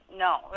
No